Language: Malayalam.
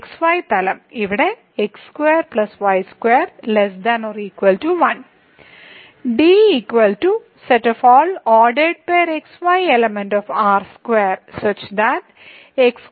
xy തലം ഇവിടെ x2 y2 ≤ 1